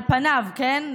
על פניו, כן?